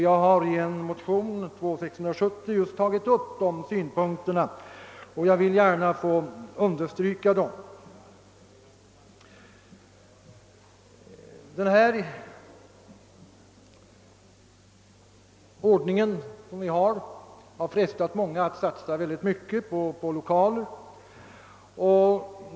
Jag har i en motion, II:670, tagit upp samma sak och jag vill gärna understryka behovet av en sådan ändring. Nuvarande ordning har frestat många att satsa mycket på lokaler.